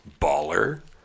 baller